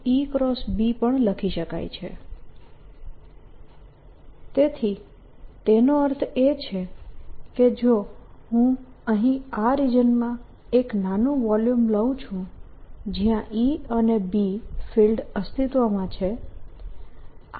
Momentum DensitySc21c2101c200 Momentum Density0 તેથી તેનો અર્થ એ છે કે જો હું અહીં આ રિજનમાં એક નાનું વોલ્યુમ લઉં છું જ્યાં E અને B ફિલ્ડ અસ્તિત્વમાં છે